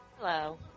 Hello